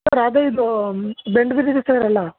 sir ಅದೇ ಇದು bend ಬಿದ್ದಿದೆ ಸರ್ ಎಲ್ಲ